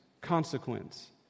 consequence